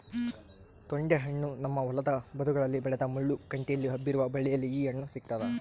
ತೊಂಡೆಹಣ್ಣು ನಮ್ಮ ಹೊಲದ ಬದುಗಳಲ್ಲಿ ಬೆಳೆದ ಮುಳ್ಳು ಕಂಟಿಯಲ್ಲಿ ಹಬ್ಬಿರುವ ಬಳ್ಳಿಯಲ್ಲಿ ಈ ಹಣ್ಣು ಸಿಗ್ತಾದ